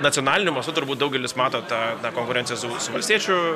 nacionaliniu mastu turbūt daugelis mato tą konkurenciją su su valstiečių